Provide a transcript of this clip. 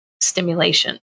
stimulation